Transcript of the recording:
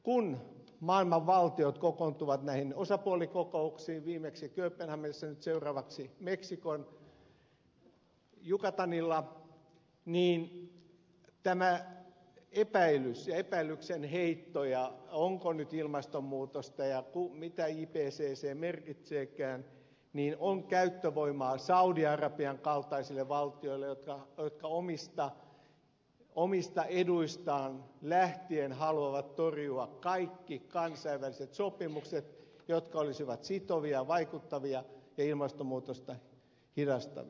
kun maailman valtiot kokoontuvat näihin osapuolikokouksiin viimeksi kööpenhaminassa nyt seuraavaksi meksikon jukatanilla niin tämä epäilys epäilyksen heitot siitä onko nyt ilmastonmuutosta ja mitä ipcc merkitseekään on käyttövoimaa saudi arabian kaltaisille valtioille jotka omista eduistaan lähtien haluavat torjua kaikki kansainväliset sopimukset jotka olisivat sitovia vaikuttavia ja ilmastonmuutosta hidastavia